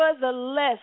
Nevertheless